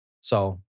So-